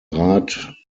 rat